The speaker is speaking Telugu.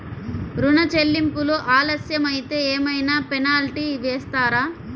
ఋణ చెల్లింపులు ఆలస్యం అయితే ఏమైన పెనాల్టీ వేస్తారా?